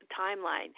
timeline